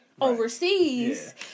overseas